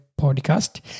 podcast